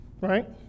right